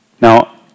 Now